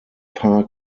paar